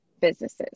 businesses